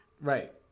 Right